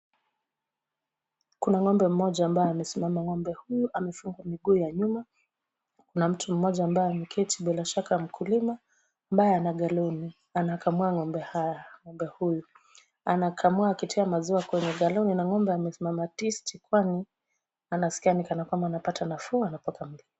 Kuna ng'ombe mmoja ambaye amesimama. Ng'ombe huyu, amefungwa miguu ya nyuma na mtu mmoja ambaye ameketi bila shaka mkulima, ambaye ana galoni. Anakamua ng'ombe huyu. Anakamua akitia maziwa kwenye galoni na ng'ombe amesimama tisti, kwani anasikia ni kana kwamba anapata nafuu anapokamuliwa.